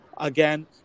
Again